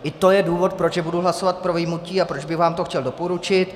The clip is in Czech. I to je důvod, proč budu hlasovat pro vyjmutí a proč bych vám to chtěl doporučit.